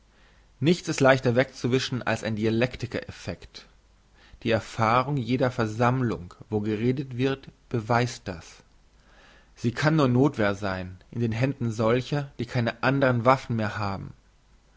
nichts ist leichter wegzuwischen als ein dialektiker effekt die erfahrung jeder versammlung wo geredet wird beweist das sie kann nur nothwehr sein in den händen solcher die keine andren waffen mehr haben